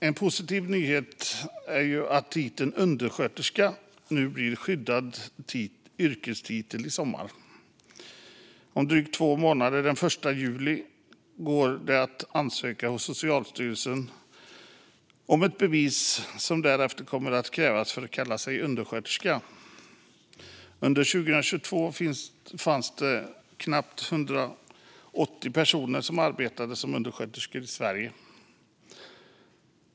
En positiv nyhet är att titeln undersköterska blir en skyddad yrkestitel i sommar. Om drygt två månader, den 1 juli, går det att ansöka hos Socialstyrelsen om det bevis som därefter kommer att krävas för att få kalla sig undersköterska. Under 2020 fanns det knappt 180 000 personer som arbetade som undersköterskor i Sverige.